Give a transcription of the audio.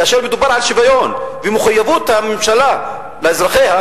כאשר מדובר על שוויון ועל מחויבות הממשלה לאזרחיה,